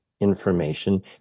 information